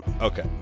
Okay